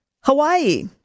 Hawaii